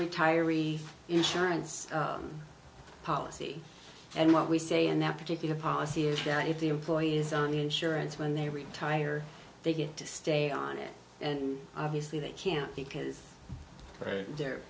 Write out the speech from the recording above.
retiree insurance policy and what we say in that particular policy is that if the employees on the insurance when they retire they get to stay on it and obviously they can't because they're